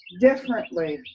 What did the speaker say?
differently